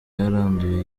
yaranduye